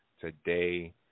today